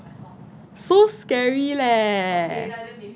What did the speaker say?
so scary leh